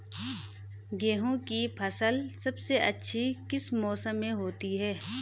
गेहूँ की फसल सबसे अच्छी किस मौसम में होती है